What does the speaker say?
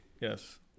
Yes